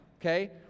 Okay